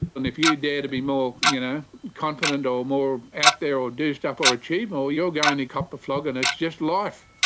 and if you dare to be more, you know, confident or more out there or do stuff or achieve more you're going to cop the flogging, it's just life.